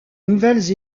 nouvelles